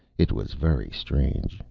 it was very strange.